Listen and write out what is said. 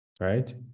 right